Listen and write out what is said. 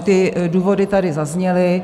Ty důvody tady zazněly.